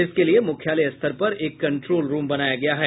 इसके लिए मुख्यालय स्तर पर एक कंट्रोल रूम बनाया गया है